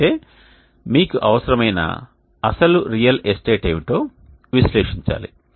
అయితే మీకు అవసరమైన అసలు రియల్ ఎస్టేట్ ఏమిటో విశ్లేషించాలి